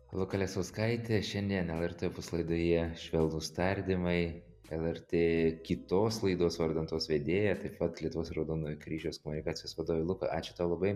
luka lesauskaitė šiandien lrt opus laidoje švelnūs tardymai lrt kitos laidos vardan tos vedėja taip pat lietuvos raudonojo kryžiaus komunikacijos vadovė luka ačiū tau labai